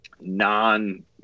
non